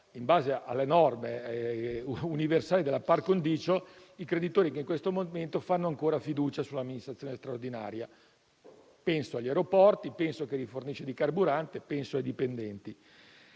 In base alle norme universali della *par condicio*, i creditori in questo momento fanno ancora affidamento sull'amministrazione straordinaria (penso agli aeroporti, a chi rifornisce il carburante e ai dipendenti).